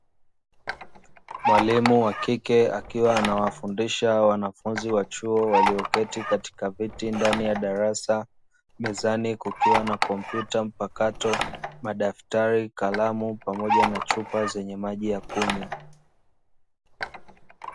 Mwalimu wa kike akiwa anawafundisha wanafunzi wa chuo walioketi katika viti ndani ya darasa; mezani kukiwa na kompyuta mpakato, madaftari kalamu pamoja na chupa zenye maji ya kunywa.